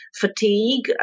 fatigue